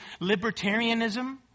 libertarianism